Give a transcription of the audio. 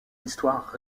l’histoire